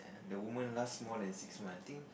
the woman last more than six month think